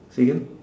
say again